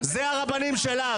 זה הרבנים שלה,